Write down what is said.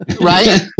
Right